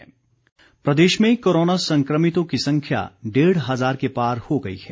corona Himachal Pradesh में corona संक्रमितों की संख्या डेढ़ हज़ार के पार हो गई है